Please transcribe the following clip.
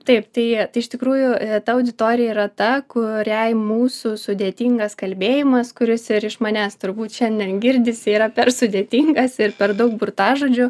taip tai tai iš tikrųjų ta auditorija yra ta kuriai mūsų sudėtingas kalbėjimas kuris ir iš manęs turbūt šiandien girdisi yra per sudėtingas ir per daug burtažodžių